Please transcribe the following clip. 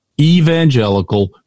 evangelical